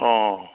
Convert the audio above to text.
অঁ